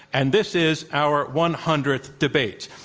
and this is our one hundredth debate.